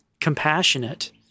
compassionate